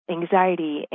anxiety